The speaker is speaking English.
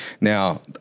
Now